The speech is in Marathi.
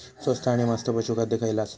स्वस्त आणि मस्त पशू खाद्य खयला आसा?